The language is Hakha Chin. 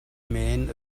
men